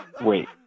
wait